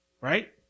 right